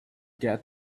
get